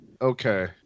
okay